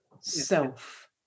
self